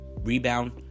rebound